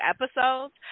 episodes